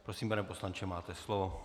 Prosím, pane poslanče, máte slovo.